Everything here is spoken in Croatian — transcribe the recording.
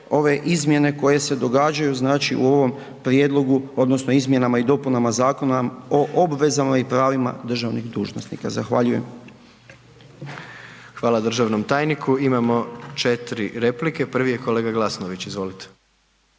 ove izmjene koje se događaju znači u ovom prijedlogu odnosno izmjenama i dopunama Zakona o obvezama i pravima državnih dužnosnika. Zahvaljujem. **Jandroković, Gordan (HDZ)** Hvala državnom tajniku. Imamo 4 replike, prvi je kolega Glasnović.